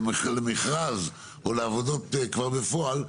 למכרז או לעבודות כבר בפועל,